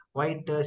White